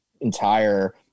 entire